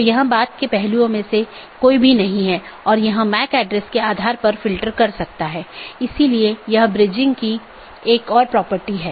AS नंबर जो network के माध्यम से मार्ग का वर्णन करता है एक BGP पड़ोसी अपने साथियों को पाथ के बारे में बताता है